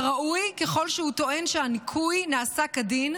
כראוי, ככל שהוא טוען שהניכוי נעשה כדין.